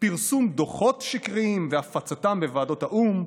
פרסום דוחות שקריים והפצתם בוועדות האו"ם,